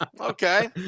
Okay